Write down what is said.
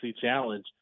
Challenge